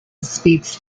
speaks